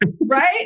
right